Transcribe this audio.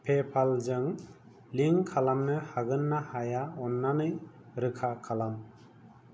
पेपालजों link खालामनो हागोन ना हाया अननानै रोखा खालाम